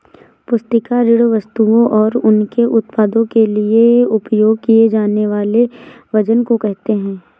पुस्तिका कृषि वस्तुओं और उनके उत्पादों के लिए उपयोग किए जानेवाले वजन को कहेते है